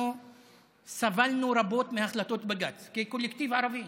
אנחנו סבלנו רבות מהחלטות בג"ץ, כקולקטיב ערבי,